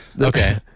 Okay